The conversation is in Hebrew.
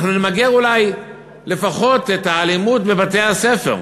אנחנו נמגר אולי לפחות את האלימות בבתי-הספר.